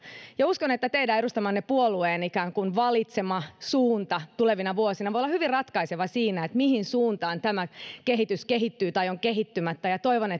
ja uskon että teidän edustamanne puolueen valitsema suunta tulevina vuosina voi olla hyvin ratkaiseva siinä mihin suuntaan tämä kehitys kehittyy tai on kehittymättä toivon